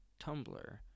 Tumblr